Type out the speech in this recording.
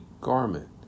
garment